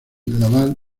lavalle